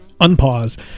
unpause